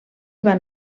van